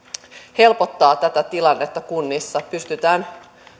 helpottaa tätä tilannetta kunnissa pystytään